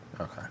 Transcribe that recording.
Okay